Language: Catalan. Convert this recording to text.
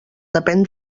depèn